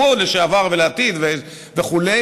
גם הוא לשעבר ולעתיד וכו'